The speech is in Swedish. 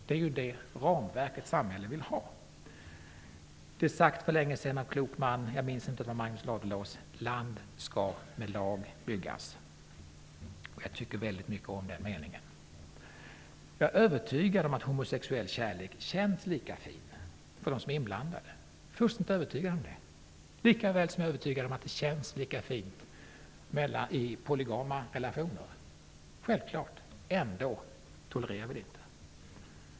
Det är det ramverk ett samhälle vill ha. En klok man sade för länge sedan, jag tror det var Magnus Ladulås, att land skall med lag byggas. Jag tycker väldigt mycket om den meningen. Jag är övertygad om att homosexuell kärlek känns lika fin för dem som är inblandade. Jag är fullständigt övertygad om det, likaväl som jag är övertygad om att det känns lika fint i polygama relationer -- ändå tolerar vi det inte. Herr talman!